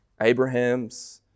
Abraham's